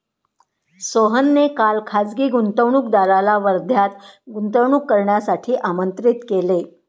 सोहनने काल खासगी गुंतवणूकदाराला वर्ध्यात गुंतवणूक करण्यासाठी आमंत्रित केले